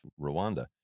Rwanda